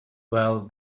well